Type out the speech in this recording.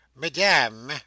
Madame